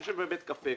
כשאני יושב בבית קפה,